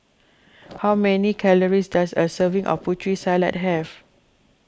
how many calories does a serving of Putri Salad have